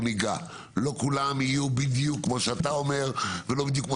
ולא כולם יהיו בדיוק כמו שאתה אומר ולא בדיוק כמו